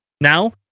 now